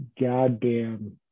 goddamn